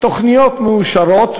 תוכניות מאושרות,